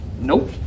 nope